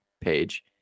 page